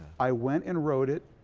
i went and wrote it.